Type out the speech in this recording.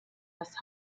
das